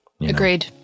agreed